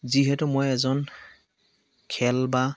যিহেতু মই এজন খেল বা